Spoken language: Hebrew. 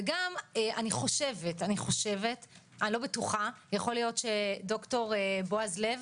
וגם אני חושבת לא בטוחה - יכול להיות שד"ר בעז לב